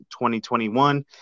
2021